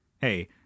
Hey